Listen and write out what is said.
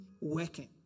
working